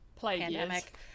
pandemic